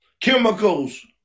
Chemicals